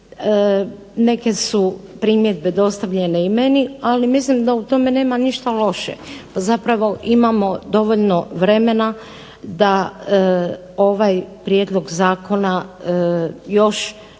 Neke su primjedbe dostavljene i meni, ali mislim da u tome nema ništa loše, zapravo imamo dovoljno vremena da ovaj prijedlog zakona još